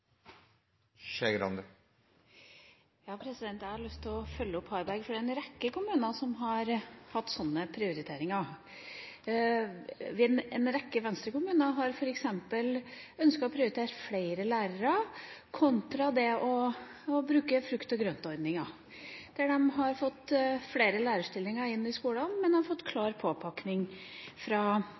en rekke kommuner som har hatt sånne prioriteringer. En rekke Venstre-kommuner har f.eks. ønsket å prioritere flere lærere kontra å bruke frukt og grønt-ordningen. De har fått flere lærerstillinger inn i skolen, men de har fått klar påpakning fra